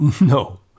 No